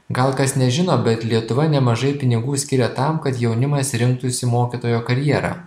gal kas nežino bet lietuva nemažai pinigų skiria tam kad jaunimas rinktųsi mokytojo karjerą